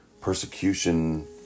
persecution